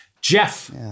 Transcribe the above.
Jeff